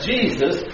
Jesus